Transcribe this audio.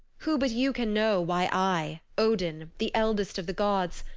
who but you can know why i, odin, the eldest of the gods,